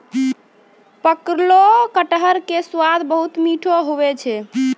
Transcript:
पकलो कटहर के स्वाद बहुत मीठो हुवै छै